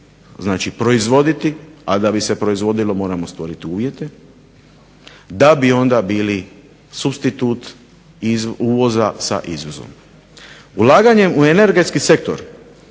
znači proizvoditi, a da bi se proizvodilo moramo stvoriti uvjete, da bi onda biti supstitut uvoza sa izvozom. Ulaganjem u energetski sektor